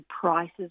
prices